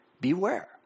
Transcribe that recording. Beware